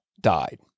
died